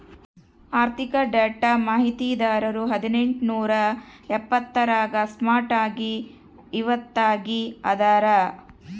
ಆರ್ಥಿಕ ಡೇಟಾ ಮಾಹಿತಿದಾರರು ಹದಿನೆಂಟು ನೂರಾ ಎಪ್ಪತ್ತರಾಗ ಸ್ಟಾರ್ಟ್ ಆಗಿ ಇವತ್ತಗೀ ಅದಾರ